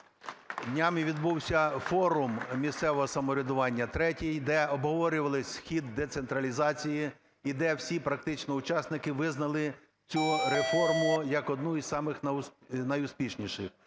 Днями відбувся форум місцевого самоврядування, третій, де обговорювали хід децентралізації і де всі практично учасники визнали цю реформу, як одну із самих найуспішніших.